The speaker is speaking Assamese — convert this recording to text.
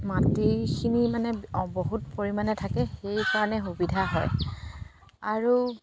মাটিখিনি মানে বহুত পৰিমাণে থাকে সেইকাৰণে সুবিধা হয় আৰু